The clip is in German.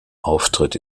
auftritt